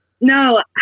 No